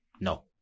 No